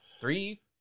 Three